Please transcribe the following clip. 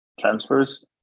transfers